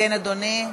כן, אדוני,